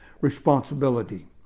responsibility